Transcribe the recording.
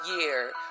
year